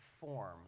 form